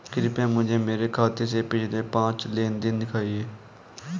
कृपया मुझे मेरे खाते से पिछले पांच लेनदेन दिखाएं